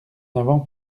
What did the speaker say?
avant